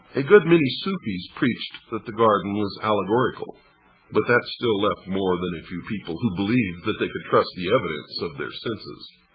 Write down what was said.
a good many sufis preached that the garden was allegorical but that still left more than a few people who believed that they could trust the evidence of their senses.